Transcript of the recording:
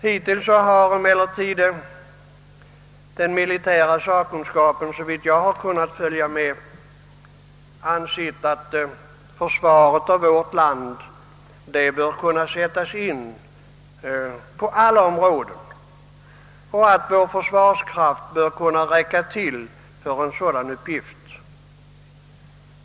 Hittills har emellertid den militära sakkunskapen, såvitt jag har kunnat följa med, ansett att försvaret av vårt land bör kunna sättas in på alla områden och att vår försvarskraft bör kunna räcka till för en sådan uppgift.